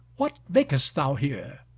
what makest thou here?